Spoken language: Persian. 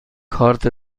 کارت